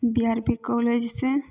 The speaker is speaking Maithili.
बी आर बी कॉलेजसँ